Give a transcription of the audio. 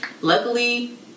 Luckily